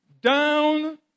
down